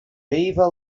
beaver